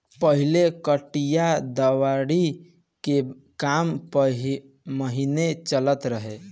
पहिले कटिया दवरी के काम महिनो चलत रहे